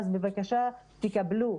אז בבקשה תקבלו.